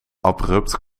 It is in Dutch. abrupt